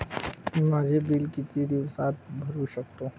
मी माझे बिल किती दिवसांत भरू शकतो?